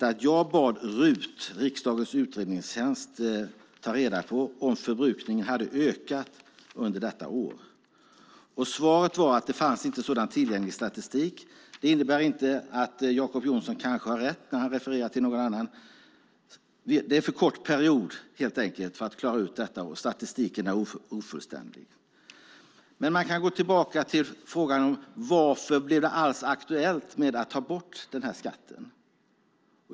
Jag bad riksdagens utredningstjänst ta reda på om förbrukningen hade ökat under detta år. Svaret var att sådan tillgänglig statistik inte fanns. Det innebär dock inte att Jacob Johnson har rätt när han refererar till någon annan. Det är helt enkelt för kort period för att klara ut detta, och statistiken är ofullständig. Man kan gå tillbaka till frågan varför det alls blev aktuellt att ta bort denna skatt.